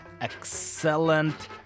Excellent